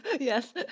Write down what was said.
Yes